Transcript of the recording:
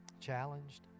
challenged